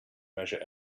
measure